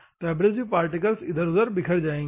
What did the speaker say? तो abrasive particles इधर उधर बिखर जाएंगे